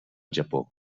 japó